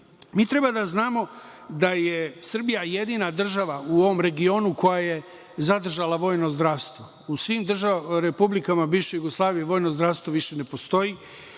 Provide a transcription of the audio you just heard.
treba da znamo da je Srbija jedina država u ovom regionu koja je zadržala vojno zdravstvo. U svim republikama bivše Jugoslavije vojno zdravstvo više ne postoji.